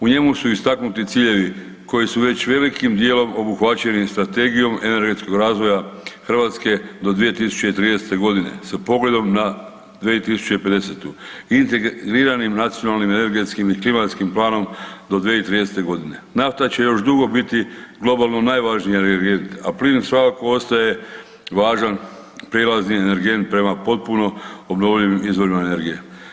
U njemu su istaknuti ciljevi koji su već velikim dijelom obuhvaćeni Strategijom energetskog razvoja Hrvatske do 2030.g. sa pogledom na 2050. integriranim nacionalnim energetskim i klimatskim planom do 2030.g. Nafta će još dugo biti globalno najvažniji energent, a plin svakako ostaje važan prijelazni energent prema potpuno obnovljivim izvorima energije.